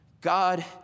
God